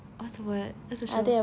what's the word what's the show